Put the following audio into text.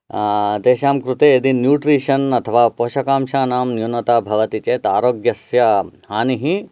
तेषां कृते यदि न्यूट्रिशन् अथवा पोषकांशानां न्यूनता भवति चेत् आरोग्यस्य हानिः